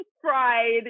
fried